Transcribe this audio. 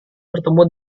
bertemu